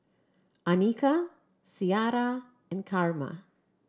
Annika Ciara and Carma